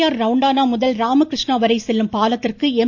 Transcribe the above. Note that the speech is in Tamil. ஆர் ரவுண்டானா முதல் ராமகிருஷ்ணா வரை செல்லும் பாலத்திற்கு எம்